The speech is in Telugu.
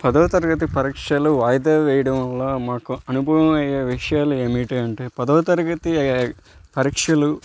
పదవ తరగతి పరీక్షలు వాయిదా వెయ్యడం వల్ల మాకు అనుభవం అయ్యే విషయాలు ఏమిటి అంటే పదవ తరగతి పరీక్షలు